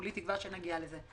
אני מקווה שנגיע לזה.